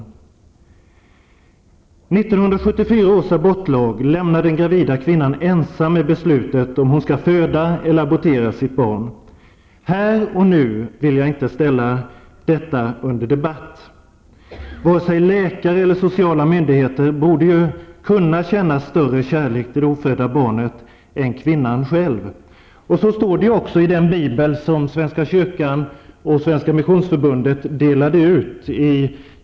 1974 års abortlag lämnar den gravida kvinnan ensam med beslutet, om hon skall föda eller abortera sitt barn. Här och nu vill jag inte ställa detta under debatt. Vare sig läkare eller sociala myndigheter borde kunna känna större kärlek till det ofödda barnet än kvinnan själv. Så står det ju också i den bibel som Svenska kyrkan och Svenska missionsförbundet har delat ut.